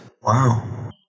wow